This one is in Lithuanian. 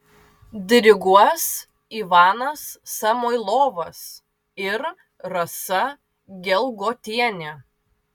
diriguos ivanas samoilovas ir rasa gelgotienė